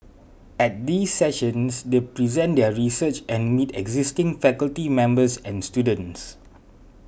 at these sessions they present their research and meet existing faculty members and students